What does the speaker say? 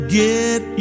get